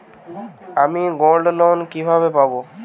আমি গোল্ডলোন কিভাবে পাব?